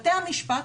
בתי המשפט,